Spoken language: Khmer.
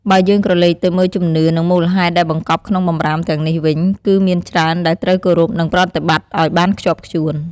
បើយើងក្រឡេកទៅមើលជំនឿ និងមូលហេតុដែលបង្កប់ក្នុងបម្រាមទាំងនេះវិញ គឺមានច្រើនដែលត្រូវគោរពនិងប្រតិបត្តិឲ្យបានខ្ជាប់ខ្ជួន។